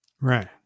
Right